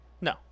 No